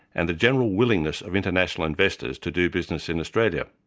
and a general willingness of international investors to do business in australia.